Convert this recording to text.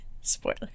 Spoiler